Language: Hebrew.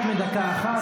יש לו עוד פחות מדקה אחת.